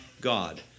God